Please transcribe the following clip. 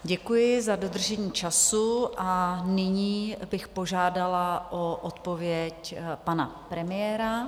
Děkuji za dodržení času a nyní bych požádala o odpověď pana premiéra.